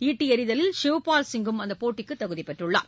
ஈட்டிஎறிதலில் ஷிவ்பால் சிங்கும் அந்தப் போட்டிக்குதகுதிபெற்றுள்ளார்